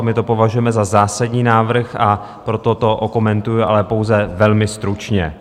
My to považujeme za zásadní návrh, a proto to okomentuji, ale pouze velmi stručně.